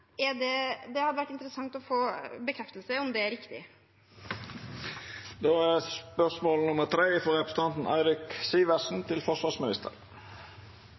Det hadde vært interessant å få en bekreftelse på om det er riktig. «Bodø videregående skole er